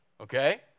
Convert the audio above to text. Okay